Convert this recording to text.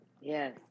Yes